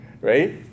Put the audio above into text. right